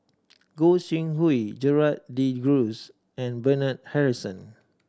Goi Seng Hui Gerald De Cruz and Bernard Harrison